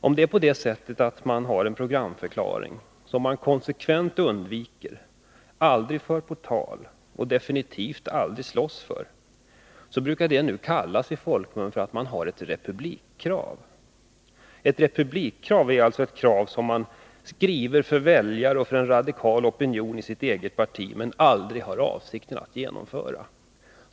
Om man har en programförklaring, som man konsekvent undviker, aldrig vill föra på tal och definitivt aldrig kämpar för, kallas det i folkmun för ett ”republikkrav”. Ett ”republikkrav” är alltså ett krav, som man har skrivit för väljare eller en radikal opinion inom det egna partiet men som man aldrig har för avsikt att genomföra.